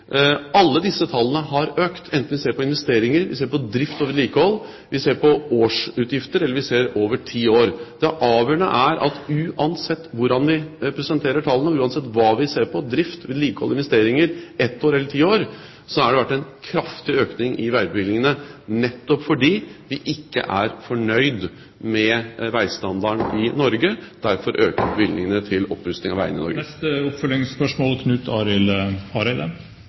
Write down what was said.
Alle disse tallene har økt, enten vi ser på investeringer, på drift og vedlikehold, på årsutgifter, eller vi ser det over ti år. Det avgjørende er at uansett hvordan vi presenterer tallene, og uansett hva vi ser på: drift, vedlikehold, investeringer, ett år eller ti år, så har det vært en kraftig økning i veibyggingen nettopp fordi vi ikke er fornøyd med veistandarden i Norge. Derfor øker bevilgningene til opprusting av veiene i Norge.